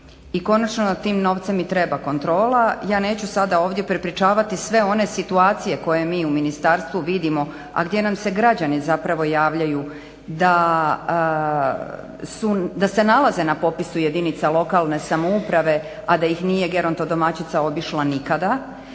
i konačno nad tim novcem i treba kontrola. Ja neću sada ovdje prepričavati sve one situacije koje mi u ministarstvu vidimo, a gdje nam se građani zapravo javljaju da se nalaze na popisu jedinica lokalne samouprave, a da ih nije gerontodomaćica obišla nikada